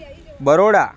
Baroda